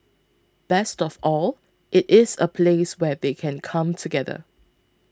best of all it is a place where they can come together